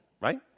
right